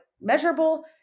measurable